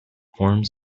forms